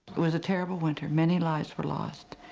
it was a terrible winter. many lives were lost.